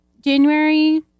January